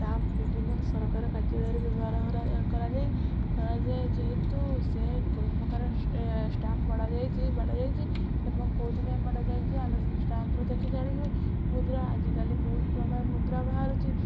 stamp ବିଭିନ୍ନ ସରକାରୀ କାର୍ଯ୍ୟାଳୟରେ ବ୍ୟବହାର କରାଯାଏ କରାଯାଏ ଯେହେତୁ ସେ କେଉଁ ପ୍ରକାର ଷ୍ଟାମ୍ପ ବାଡ଼ା ଯାଇଛି ବାଡ଼ା ଯାଇଛି ଏବଂ କେଉଁଥିପାଇଁ ବାଡ଼ା ଯାଇଛି ଆମେ ସେଇ ଷ୍ଟାମ୍ପରୁ ଦେଖି ଜାଣିହୁଏ ମୁଁ ତ ଆଜିକାଲି ବହୁତ ପ୍ରକାର ମୁଦ୍ରା ବାହାରୁଛି